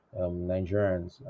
Nigerians